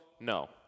no